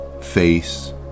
face